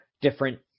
different